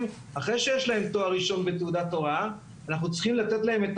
אחרי שיש להם תואר ראשון ותעודת הוראה,